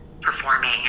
performing